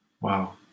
Wow